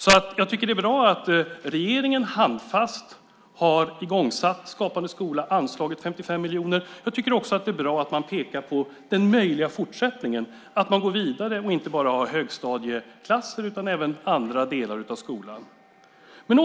Jag tycker alltså att det är bra att regeringen handfast har igångsatt Skapande skola och anslagit 55 miljoner. Jag tycker också att det är bra att man pekar på en möjlig fortsättning, att man går vidare och har med inte bara högstadieklasser utan även andra delar av skolan.